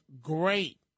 great